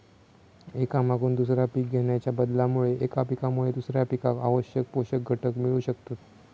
एका मागून दुसरा पीक घेणाच्या बदलामुळे एका पिकामुळे दुसऱ्या पिकाक आवश्यक पोषक घटक मिळू शकतत